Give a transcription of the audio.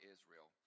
Israel